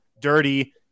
dirty